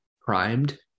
primed